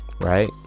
right